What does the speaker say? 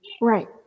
right